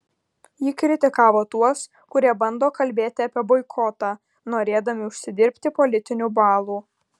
ji kritikavo tuos kurie bando kalbėti apie boikotą norėdami užsidirbti politinių balų